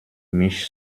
mich